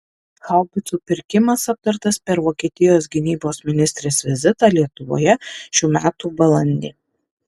haubicų pirkimas aptartas per vokietijos gynybos ministrės vizitą lietuvoje šių metų balandį